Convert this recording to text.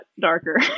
darker